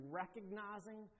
recognizing